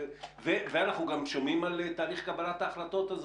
ואנחנו גם שומעים על תהליך קבלת החלטות,